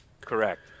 Correct